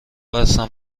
بستم